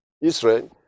Israel